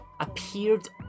appeared